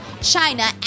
China